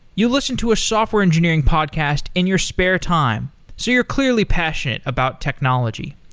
you listen to a software engineering podcast in your spare time, so you're clearly passionate about technology.